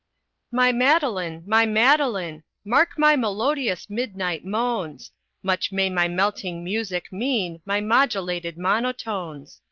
my madeline! my madeline! mark my melodious midnight moans much may my melting music mean, my modulated monotones.